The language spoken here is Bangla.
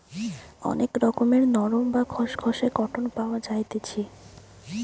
অনেক রকমের নরম, বা খসখসে কটন পাওয়া যাইতেছি